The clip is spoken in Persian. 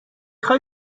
خوای